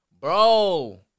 Bro